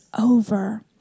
over